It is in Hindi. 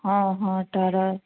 हाँ हाँ टारा